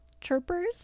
chirpers